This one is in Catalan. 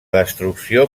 destrucció